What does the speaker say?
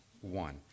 one